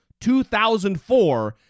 2004